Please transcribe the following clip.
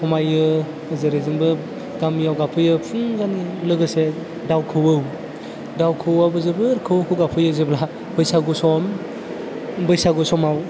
समायो जेरैजोंबो गामियाव गाबफैयो फुंजानि लोगोसे दाउ खौवौ दाउ खौवैआबो जोबोर खौवौ खौवौ गाबफैयो जेब्ला बैसागु सम बैसागु समाव